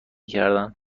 کردن